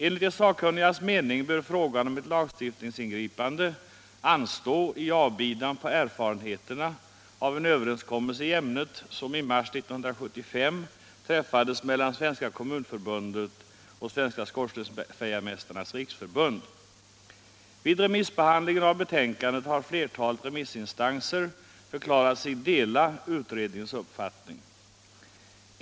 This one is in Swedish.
Enligt de sakkunnigas mening bör frågan om ett lagstiftningsingripande anstå i avbidan på erfarenheterna av en överenskommelse i ämnet som i mars 1975 träffades mellan Svenska kommunförbundet och Sveriges skorstensfejaremästares riksförbund. Vid remissbehandlingen av betänkandet har flertalet remissinstanser förklarat sig dela utredningens uppfattning.